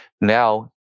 Now